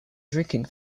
drinking